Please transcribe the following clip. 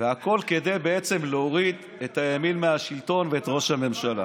והכול כדי בעצם להוריד את הימין מהשלטון ואת ראש הממשלה.